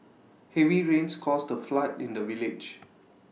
heavy rains caused A flood in the village